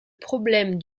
problème